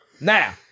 Now